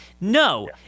No